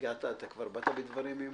כבר באת בדברים עם